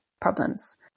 problems